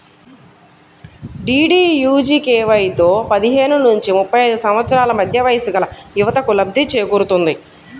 డీడీయూజీకేవైతో పదిహేను నుంచి ముప్పై ఐదు సంవత్సరాల మధ్య వయస్సుగల యువతకు లబ్ధి చేకూరుతుంది